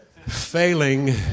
Failing